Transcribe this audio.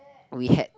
we had